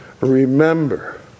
remember